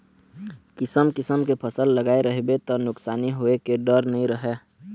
किसम किसम के फसल लगाए रहिबे त नुकसानी होए के डर नइ रहय